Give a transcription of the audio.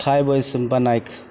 खाइ बैसि बनैके